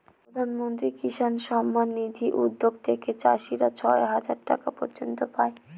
প্রধান মন্ত্রী কিষান সম্মান নিধি উদ্যাগ থেকে চাষীরা ছয় হাজার টাকা পর্য়ন্ত পাই